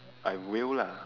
I will lah